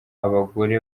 abagore